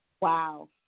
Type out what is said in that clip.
Wow